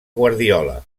guardiola